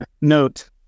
note